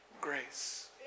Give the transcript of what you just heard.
grace